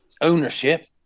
ownership